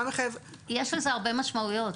יש לזה הרבה משמעויות,